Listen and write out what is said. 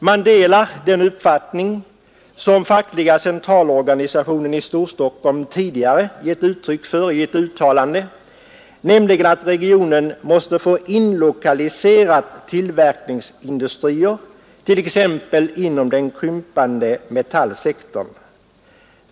De delar den uppfattning som Fackliga centralorganisationen i Storstockholm tidigare givit uttryck för i ett uttalande, nämligen att regionen måste få tillverkningsindustrier inlokaliserade, t.ex. inom den krympande metallsektorn.